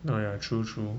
oh ya true true